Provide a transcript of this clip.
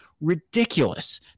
ridiculous